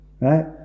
Right